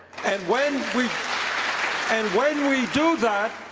and when we and when we do that,